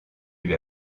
lui